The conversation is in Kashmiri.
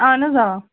اَہَن حظ آ